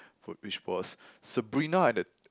whi~ which was Sabrina and the